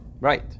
Right